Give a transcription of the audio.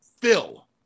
Phil